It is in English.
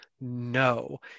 no